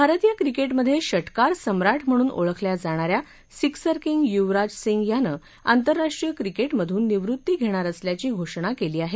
भारतीय क्रिकेटमध्ये षटकार सम्राट म्हणून ओळखल्या जाणाऱ्या सिक्सर किंदी युवराज सिंधिमानआस्तिराष्ट्रीय क्रिकेटमधून निवृत्ती घेणार असल्याची घोषणा केली आहे